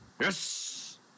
Yes